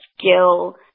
skill